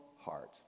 heart